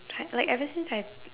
like ever since I've